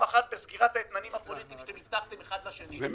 אחת בסגירת האתננים הפוליטיים שאתם הבטחתם אחד לשני,